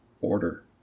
order